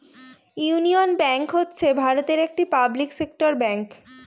union bank হচ্ছে ভারতের একটি পাবলিক সেক্টর ব্যাঙ্ক